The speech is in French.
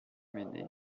mené